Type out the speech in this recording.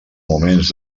moments